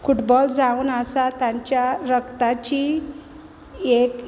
football जावन आसा तांच्या रगताची एक